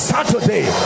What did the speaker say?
Saturday